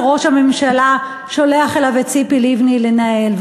שראש הממשלה שולח את ציפי לבני לנהל.